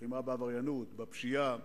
לחימה בעבריינות, בפשיעה,